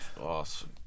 awesome